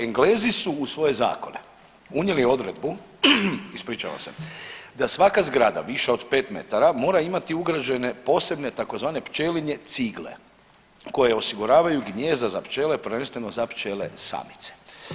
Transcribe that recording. Englezi su u svoje zakone unijeli odredbu, ispričavam se, da svaka zgrada viša od 5 metara mora imati ugrađene posebne tzv. pčelinje cigle koje osiguravaju gnijezda za pčele, prvenstveno za pčele samice.